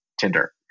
Tinder